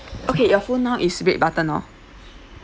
okay your phone now is red button hor